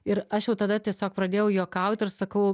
ir aš jau tada tiesiog pradėjau juokaut ir sakau